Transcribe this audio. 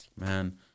man